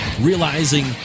Realizing